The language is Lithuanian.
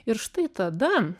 ir štai tada